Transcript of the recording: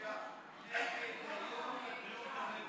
ויצביע נגד יום בריאות הנפש,